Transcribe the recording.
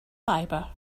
fibre